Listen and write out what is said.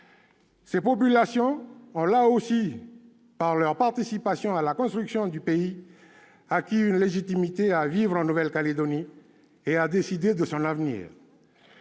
Ces populations ont, là aussi, par leur participation à la construction du pays, acquis une légitimité à vivre en Nouvelle-Calédonie et à décider de son avenir.